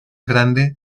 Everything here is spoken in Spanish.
grande